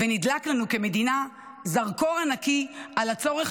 ונדלק לנו כמדינה זרקור ענקי על הצורך